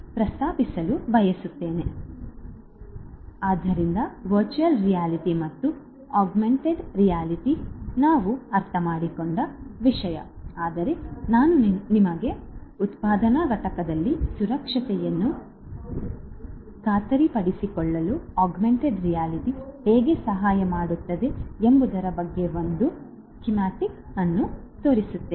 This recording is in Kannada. ಆದ್ದರಿಂದ ವರ್ಚುವಲ್ ರಿಯಾಲಿಟಿ ಮತ್ತು ಆಗ್ಮೆಂಟೆಡ್ ರಿಯಾಲಿಟಿ ನಾವು ಅರ್ಥಮಾಡಿಕೊಂಡ ವಿಷಯ ಆದರೆ ನಾನು ನಿಮಗೆ ಉತ್ಪಾದನಾ ಘಟಕದಲ್ಲಿ ಸುರಕ್ಷತೆಯನ್ನು ಖಾತ್ರಿಪಡಿಸಿಕೊಳ್ಳಲು ಆಗ್ಮೆಂಟೆಡ್ ರಿಯಾಲಿಟಿ ಹೇಗೆ ಸಹಾಯ ಮಾಡುತ್ತದೆ ಎಂಬುದರ ಬಗ್ಗೆ ಒಂದು ಸ್ಕೀಮ್ಯಾಟಿಕ್ ಅನ್ನು ತೋರಿಸುತ್ತೇನೆ